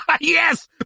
Yes